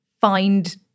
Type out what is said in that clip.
find